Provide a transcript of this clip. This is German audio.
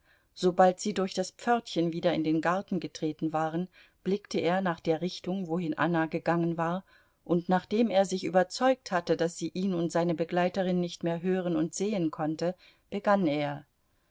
sobald sie durch das pförtchen wieder in den garten getreten waren blickte er nach der richtung wohin anna gegangen war und nachdem er sich überzeugt hatte daß sie ihn und seine begleiterin nicht mehr hören und sehen konnte begann er